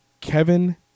Kevin